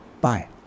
Bye